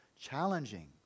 challenging